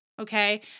okay